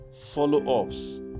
Follow-ups